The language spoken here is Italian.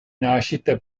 nascita